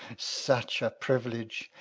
such a privilege!